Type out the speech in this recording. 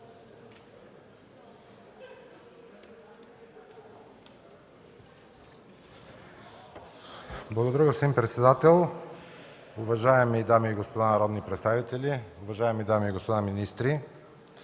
Благодаря, господин председател. Уважаеми дами и господа народни представители, уважаеми дами и господа министри!